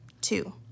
two